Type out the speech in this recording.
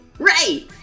Right